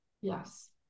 Yes